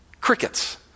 crickets